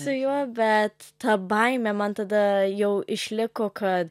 su juo bet ta baimė man tada jau išliko kad